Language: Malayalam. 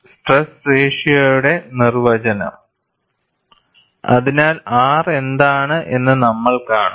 സ്ട്രെസ് റേഷിയോയുടെ നിർവചനം അതിനാൽ R എന്താണ് എന്ന് നമ്മൾ കാണും